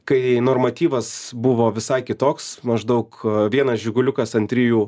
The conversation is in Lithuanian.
kai normatyvas buvo visai kitoks maždaug vienas žiguliukas ant trijų